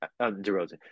DeRozan